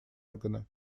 органа